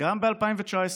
גם ב-2019.